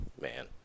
Man